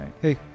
Hey